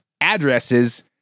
addresses